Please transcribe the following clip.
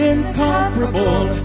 Incomparable